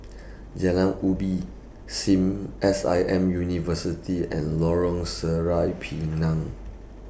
Jalan Ubi SIM S I M University and Lorong Sireh Pinang